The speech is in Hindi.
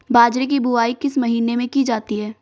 बाजरे की बुवाई किस महीने में की जाती है?